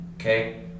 okay